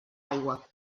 aigua